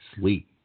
sleep